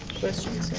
questions?